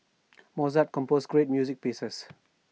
Mozart composed great music pieces